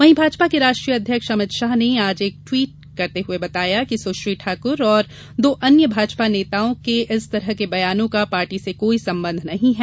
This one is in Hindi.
वहीं भाजपा के राष्ट्रीय अध्यक्ष अमित शाह ने आज एक ट्विट करते हुए बताया कि सुश्री ठाक्र और दो अन्य भाजपा नेताओं के इस तरह के बयानों का पार्टी से कोई संबंध नहीं है